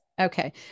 Okay